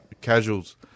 casuals